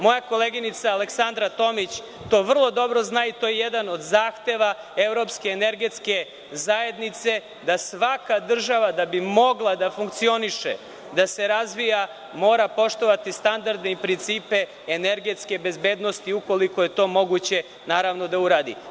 Moja koleginica Aleksandra Tomić to vrlo dobro zna i to je jedan od zahteva Evropske energetske zajednice - da svaka država da bi mogla da funkcioniše da se razvija mora poštovati standarde i principe energetske bezbednosti ukoliko je to moguće, naravno, da uradi.